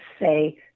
say